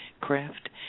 craft